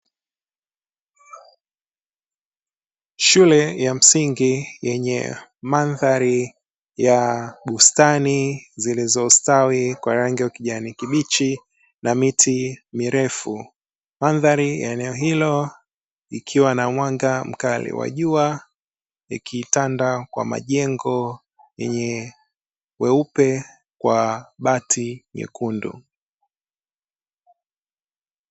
Shule ya msingi yenye mandhari ya bustani zilizostawi kwa rangi ya kijani kibichi na miti mirefu. Mandhari eneo hilo ikiwa na mwanga mkali wa jua, ikiitanda kwa majengo yenye weupe kwa bati nyekundu.